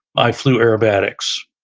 i flew aerobatics.